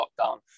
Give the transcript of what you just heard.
lockdown